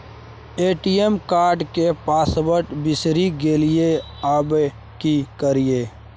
ATM card के password बिसरि गेलियै आबय की करियै?